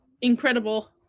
incredible